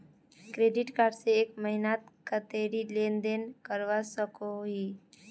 Credit card से एक महीनात कतेरी लेन देन करवा सकोहो ही?